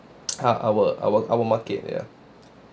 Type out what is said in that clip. park our our our market there